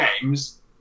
games